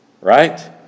Right